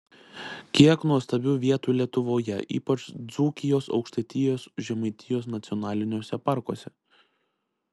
kiek nuostabių vietų lietuvoje ypač dzūkijos aukštaitijos žemaitijos nacionaliniuose parkuose